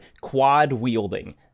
quad-wielding